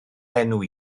enw